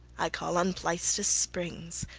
i call on pleistus' springs,